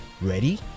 Ready